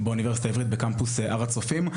באוניברסיטה העברית, בקמפוס הר הצופים.